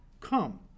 Come